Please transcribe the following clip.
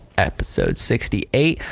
episode sixty eight,